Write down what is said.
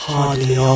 Hardly